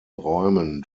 räumen